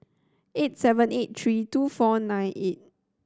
eight seven eight three two four nine eight